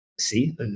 see